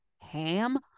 ham